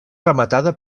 rematada